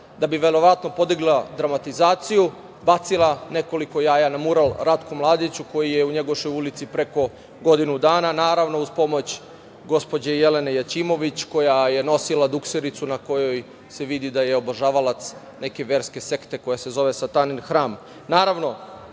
da bi verovatno podigla dramatizaciju, bacila nekoliko jaja na mural Ratku Mladiću koji je u Njegoševoj ulici preko godinu dana, naravno, uz pomoć gospođe Jelene Jaćimović, koja je nosila duksericu na kojoj se vidi da je obožavalac neke verske sekte koja se zove „Satanin